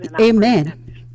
amen